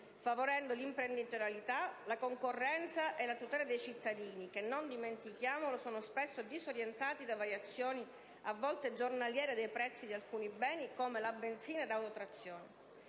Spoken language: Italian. favorendo l'imprenditorialità, la concorrenza e la tutela dei cittadini che, non dimentichiamolo, sono spesso disorientati da variazioni a volte giornaliere dei prezzi di alcuni beni come la benzina da autotrazione.